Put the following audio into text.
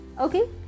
Okay